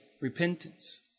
repentance